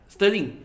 Sterling